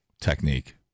technique